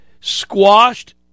squashed